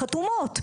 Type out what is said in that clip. חתומים.